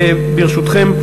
ברשותכם,